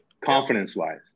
Confidence-wise